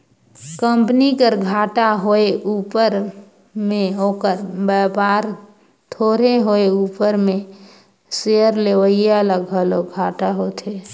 company कर घाटा होए उपर में ओकर बयपार थोरहें होए उपर में सेयर लेवईया ल घलो घाटा होथे